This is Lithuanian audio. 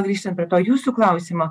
grįžtan prie to jūsų klausimo